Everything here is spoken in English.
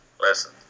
Listen